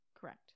Correct